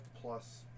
plus